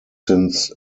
since